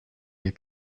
jej